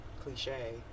cliche